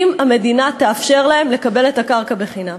אם המדינה תאפשר להם לקבל את הקרקע בחינם.